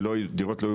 כי דירות לא היו